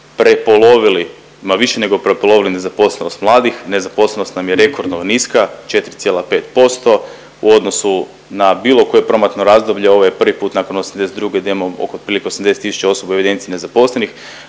prepolovili, ma više nego prepolovili nezaposlenost mladih, nezaposlenost nam je rekordno niska 4,5% u odnosno na bilo koje promatrano razdoblje, ovo je prvi put nakon '82. da imamo oko otprilike 80 tisuća osoba u evidenciji nezaposlenih